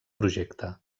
projecte